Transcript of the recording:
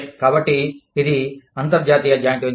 కాబట్టి ఇది అంతర్జాతీయ జాయింట్ వెంచర్